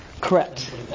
Correct